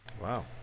Wow